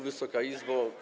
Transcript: Wysoka Izbo!